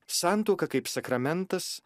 santuoka kaip sakramentas